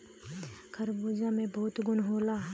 खरबूजा में बहुत गुन होला